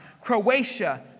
Croatia